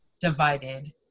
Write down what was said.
divided